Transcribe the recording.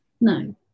No